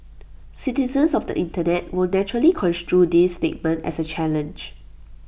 citizens of the Internet will naturally construe this statement as A challenge